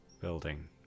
building